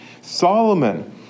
Solomon